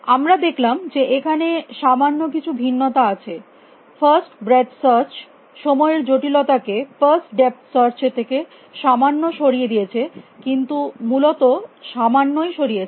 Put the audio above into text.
আমরা দেখলাম যে এখানে সামান্য কিছু ভিন্নতা আছে ব্রেথ ফার্স্ট সার্চ সময়ের জটিলতা কে ডেপথ ফার্স্ট সার্চ এর থেকে সামান্য সরিয়ে দিয়েছে কিন্তু মূলত সামান্যই সরিয়েছে